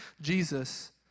Jesus